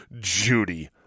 Judy